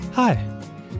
Hi